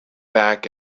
back